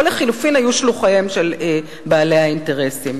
או לחלופין היו שלוחיהם של בעלי האינטרסים.